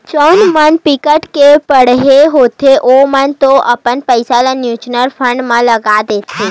जउन मन बिकट के बड़हर होथे ओमन तो अपन पइसा ल म्युचुअल फंड म लगा देथे